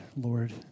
Lord